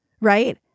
right